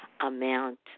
amount